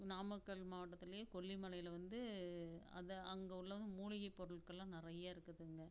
நாமக்கல் மாவட்டத்திலையே கொல்லிமலையில் வந்து அது அங்கே உள்ளது மூலிகை பொருள்களெலாம் நிறையா இருக்குதுங்க